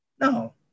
No